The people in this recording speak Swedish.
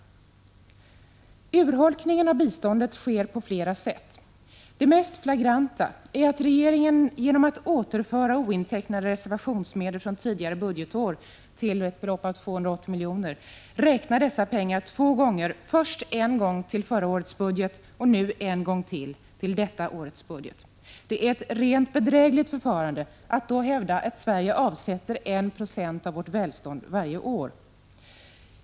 Urholkningen av biståndet sker på flera sätt. Det mest flagranta är att regeringen genom att återföra ointecknade reservationsmedel från tidigare budgetår till ett belopp av 280 milj.kr. räknar dessa pengar två gånger, först en gång till förra årets budget, och nu ytterligare en gång till detta års budget. Det är ett rent bedrägligt förfarande att då hävda att Sverige avsätter 1 90 av vårt välstånd varje år.